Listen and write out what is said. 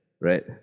right